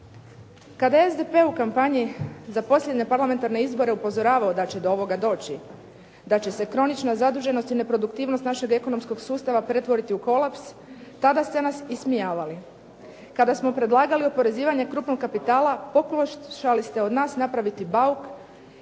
Kada je SDP u kampanji za posljednje parlamentarne izbore upozoravao da će do ovoga doći, da će se kronična zaduženost i neproduktivnost našeg ekonomskog sustava pretvoriti u kolaps, tada ste nas ismijavali. Kada smo predlagali oporezivanje krupnog kapitala, pokušali ste od nas napraviti bauk,